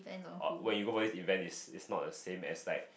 oh when you go for this event is is not the same as like